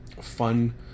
fun